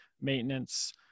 maintenance